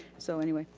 so anyway,